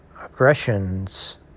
aggressions